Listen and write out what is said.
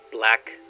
Black